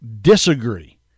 disagree